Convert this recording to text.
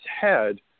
head